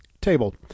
Table